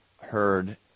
heard